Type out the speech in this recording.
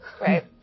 Right